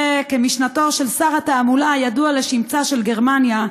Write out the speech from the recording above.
זה כמשנתו של שר התעמולה הידוע לשמצה של גרמניה,